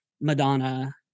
Madonna